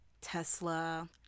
Tesla